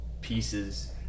pieces